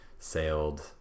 sailed